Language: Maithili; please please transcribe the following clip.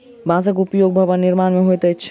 बांसक उपयोग भवन निर्माण मे होइत अछि